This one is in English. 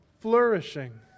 flourishing